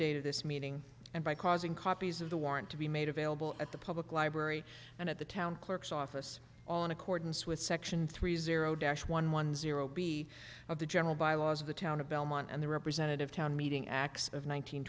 of this meeting and by causing copies of the warrant to be made available at the public library and at the town clerk's office in accordance with section three zero dash one one zero b of the general bylaws of the town of belmont and the representative town meeting acts of